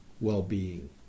well-being